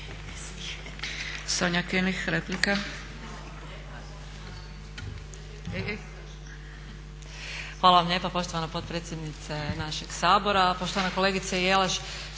Hvala vam lijepa poštovana potpredsjednice našeg Sabora. Poštovana kolegice Jelaš